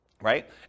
right